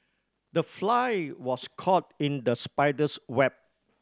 the fly was caught in the spider's web